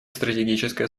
стратегическая